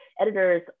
editors